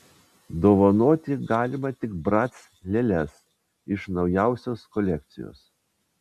dovanoti galima tik brac lėles iš naujausios kolekcijos